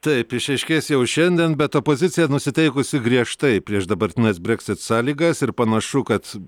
taip išaiškės jau šiandien bet opozicija nusiteikusi griežtai prieš dabartines breksit sąlygas ir panašu kad